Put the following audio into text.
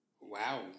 Wow